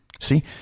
See